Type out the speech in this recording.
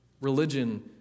Religion